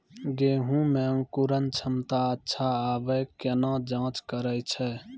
गेहूँ मे अंकुरन क्षमता अच्छा आबे केना जाँच करैय छै?